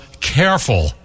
careful